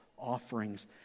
offerings